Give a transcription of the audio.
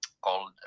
called